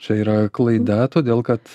čia yra klaida todėl kad